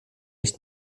ist